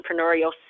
entrepreneurial